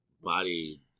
body